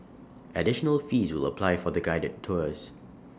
additional fees will apply for the guided tours